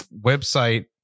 website